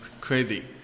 Crazy